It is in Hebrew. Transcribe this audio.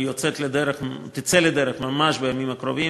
היא תצא לדרך ממש בימים הקרובים.